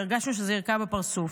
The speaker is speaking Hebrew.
והרגשנו שזו יריקה בפרצוף.